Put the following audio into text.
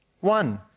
one